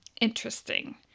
Interesting